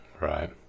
Right